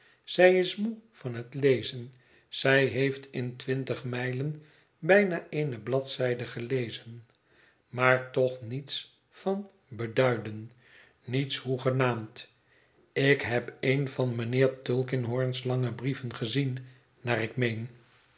zij is moe van het lezen zij heeft in twintig mijlen bijna eene bladzijde gelezon maar toch niets van beduiden niets hoegenaamd ik heb een van mijnheer tulkinghorn's lange brieven gezien naar ik meen